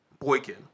Boykin